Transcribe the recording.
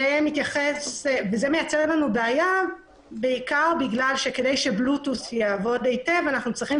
זה מייצר לנו בעיה בעיקר בגלל שכדי שבלוטות' יעבוד היטב אנחנו צריכים